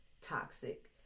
toxic